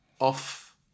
off